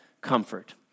comfort